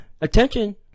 Attention